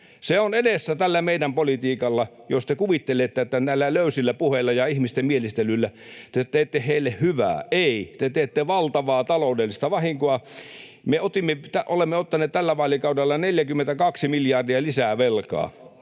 Se on edessä tällä meidän politiikalla. Jos te kuvittelette, että näillä löysillä puheilla ja ihmisten mielistelyllä te teette heille hyvää — ei, te teette valtavaa taloudellista vahinkoa. Me olemme ottaneet tällä vaalikaudella 42 miljardia lisää velkaa.